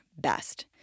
best